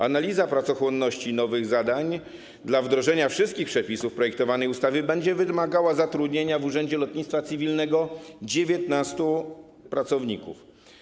Analiza pracochłonności nowych zadań dla wdrożenia wszystkich przepisów projektowanej ustawy będzie wymagała zatrudnienia w Urzędzie Lotnictwa Cywilnego 19 pracowników.